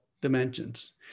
dimensions